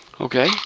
Okay